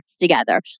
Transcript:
together